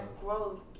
growth